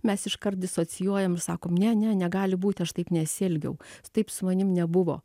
mes iškart disocijuojam sakom ne ne negali būti aš taip nesielgiau taip su manim nebuvo